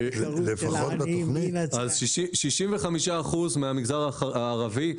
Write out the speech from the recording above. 65 אחוזים מהמגזר הערבי,